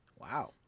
Wow